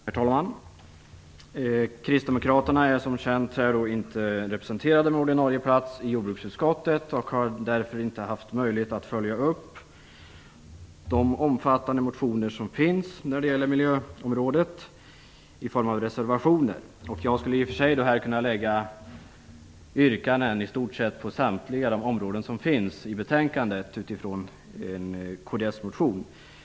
Herr talman! Kristdemokraterna är, som känt, inte representerade med ordinarie plats i jordbruksutskottet och har därför inte haft möjlighet att följa upp sina omfattande motioner på miljöområdet med reservationer. Jag skulle alltså här kunna ställa yrkanden på i stort sett samtliga de områden som finns i betänkandet utifrån kds-motioner.